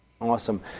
awesome